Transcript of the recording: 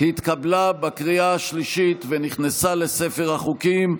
התקבלה בקריאה השלישית ונכנסה לספר החוקים.